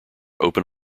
open